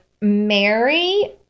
Mary